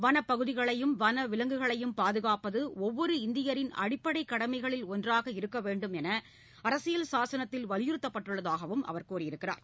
வனப்பகுதிகளையும் வனவிலங்குகளையும் பாதுகாப்பது ஒவ்வொரு இந்தியரின் அடிப்படை கடமைகளில் ஒன்றாக இருக்க வேண்டும் என்று அரசியல் சாசனத்தில் வலியுறுத்தப்பட்டுள்ளதாகவும் அவர் கூறினார்